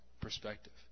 perspective